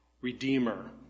redeemer